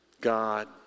God